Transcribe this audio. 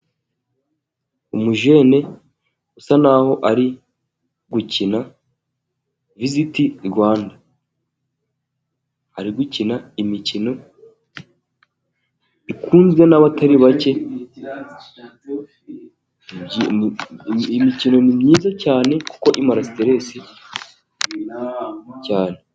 Umujene usa n'aho ari gukina viziti Rwanda. Ari gukina imikino ikunzwe n'abatari bake, imikino myiza cyane, kuko imara siteresi cyane.